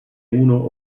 uno